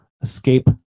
escape